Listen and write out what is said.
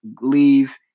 leave